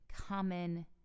common